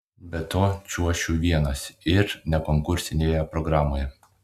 be to čiuošiu vienas ir ne konkursinėje programoje